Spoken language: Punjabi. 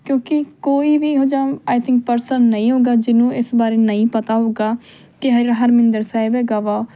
ਕਿਉਂਕਿ ਕੋਈ ਵੀ ਇਹੋ ਜਿਹਾ ਆਈ ਥਿੰਕ ਪਰਸਨ ਨਹੀਂ ਹੋਊਗਾ ਜਿਹਨੂੰ ਇਸ ਬਾਰੇ ਨਹੀਂ ਪਤਾ ਹੋਊਗਾ ਕਿ ਹਰ ਹਰਮਿੰਦਰ ਸਾਹਿਬ ਹੈਗਾ ਵਾ